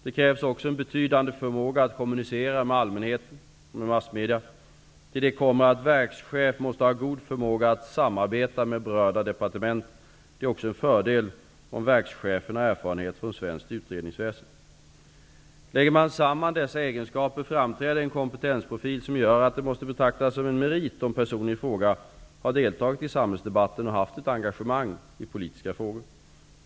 Det krävs också en betydande förmåga att kommunicera med allmänheten och massmedia. Till det kommer att en verkschef måste ha god förmåga att samarbeta med berörda departement. Det är också en fördel om verkschefen har erfarenhet från svenskt utredningsväsende. Lägger man samman dessa egenskaper framträder en kompetensprofil som gör att det måste betraktas som en merit om personen i fråga har deltagit i samhällsdebatten och haft ett engagemang i politiska frågor.